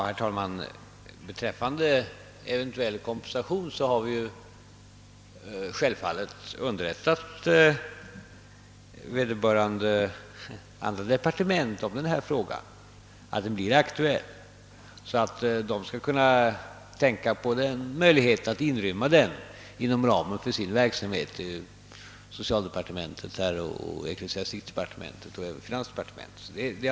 Herr talman! Beträffande frågan om eventuell kompensation har vi självfallet underrättat vederbörande andra departement om att denna fråga blir aktuell, så att de skall kunna tänka på möjligheten av att inrymma den inom ramen för sin verksamhet. Det gäller socialdepartementet, ecklesiastikdepar tementet och även finansdepartementet.